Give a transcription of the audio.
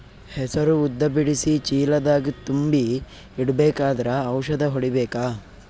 ಹೆಸರು ಉದ್ದ ಬಿಡಿಸಿ ಚೀಲ ದಾಗ್ ತುಂಬಿ ಇಡ್ಬೇಕಾದ್ರ ಔಷದ ಹೊಡಿಬೇಕ?